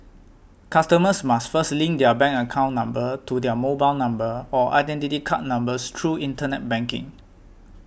customers must first link their bank account number to their mobile number or Identity Card numbers through internet banking